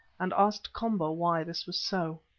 and asked komba why this was so.